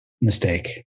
mistake